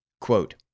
Quote